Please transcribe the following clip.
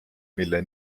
mille